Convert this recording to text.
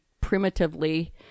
primitively